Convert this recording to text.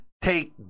take